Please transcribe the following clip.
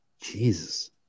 Jesus